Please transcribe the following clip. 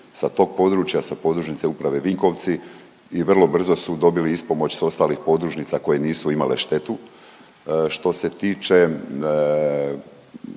sa tog područja, sa Podružnice Uprave Vinkovci i vrlo brzo su dobili ispomoć s ostalih podružnica koje nisu imale štetu. Što se tiče,